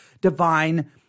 divine